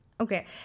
Okay